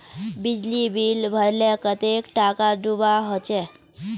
बिजली बिल भरले कतेक टाका दूबा होचे?